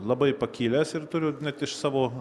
labai pakilęs ir turiu net iš savo